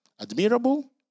Admirable